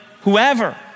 Whoever